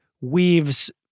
weaves